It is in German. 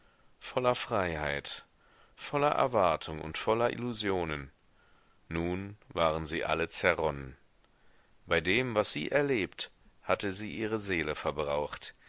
voller freiheit voller erwartung und voller illusionen nun waren sie alle zerronnen bei dem was sie erlebt hatte sie ihre seele verbraucht